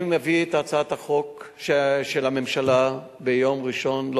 אני מביא את הצעת החוק של הממשלה ביום ראשון,